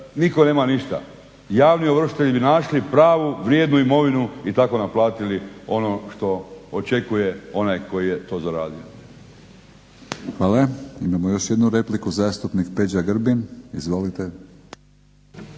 niko nema ništa. Javni ovršitelji bi našli pravu vrijednu imovinu i tako naplatili ono što očekuje onaj koji je to zaradio. **Batinić, Milorad (HNS)** Hvala. Imamo još jednu repliku zastupnik Peđa Grbin, izvolite.